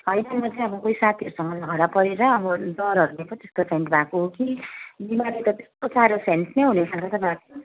होइन म चाहिँ अब कोही साथीहरूसँग झगडा परेर अब डरले पनि त्यस्तो फेन्ट भएको हो कि बिमारहरू त त्यस्तो साह्रो फेन्ट नै हुने खालको त